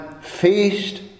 feast